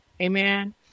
Amen